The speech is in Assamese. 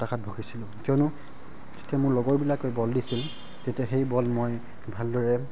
হতাশাত ভুগিছিলোঁ কিয়নো যেতিয়া মোৰ লগৰবিলাকে বল দিছিল তেতিয়া সেই বল মই ভালদৰে